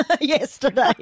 Yesterday